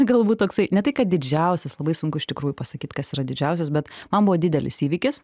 galbūt toksai ne tai kad didžiausias labai sunku iš tikrųjų pasakyt kas yra didžiausias bet man buvo didelis įvykis